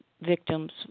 victims